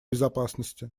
безопасности